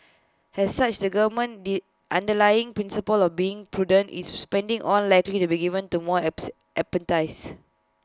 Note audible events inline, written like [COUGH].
as such the government's [UNINTELLIGIBLE] underlying principle of being prudent with its spending will likely be given more [UNINTELLIGIBLE] emphasis